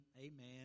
Amen